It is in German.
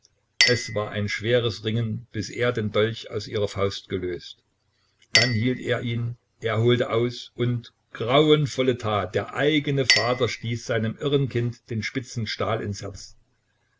es war ein schweres ringen bis er den dolch aus ihrer faust gelöst dann hielt er ihn er holte aus und grauenvolle tat der eigene vater stieß seinem irren kind den spitzen stahl ins herz